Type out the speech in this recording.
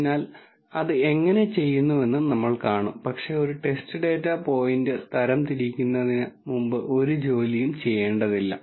അതിനാൽ അത് എങ്ങനെ ചെയ്യുന്നുവെന്ന് നമ്മൾ കാണും പക്ഷേ ഒരു ടെസ്റ്റ് ഡാറ്റ പോയിന്റ് തരംതിരിക്കുന്നതിന് മുമ്പ് ഒരു ജോലിയും ചെയ്യേണ്ടതില്ല